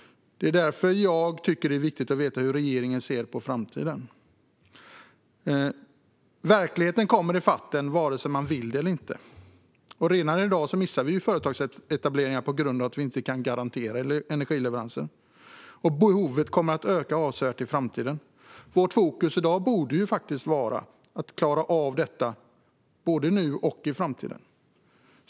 Därför är det viktigt att veta hur regeringen ser på framtiden. Verkligheten kommer i fatt oss vare sig vi vill det eller inte. Redan i dag missar vi företagsetableringar på grund av att vi inte kan garantera energileverans, och behovet kommer att öka avsevärt i framtiden. Vårt fokus borde därför vara att klara av detta både nu och i framtiden.